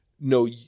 no